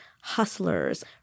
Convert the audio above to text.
hustlers